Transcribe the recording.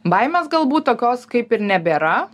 baimės galbūt tokios kaip ir nebėra